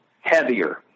heavier